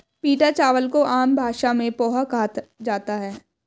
पीटा चावल को आम भाषा में पोहा कहा जाता है